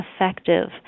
effective